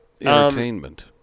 Entertainment